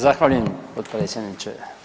Zahvaljujem potpredsjedniče.